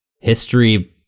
history